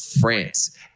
France